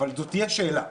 אבל זאת תהיה שאלה.